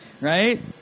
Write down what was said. right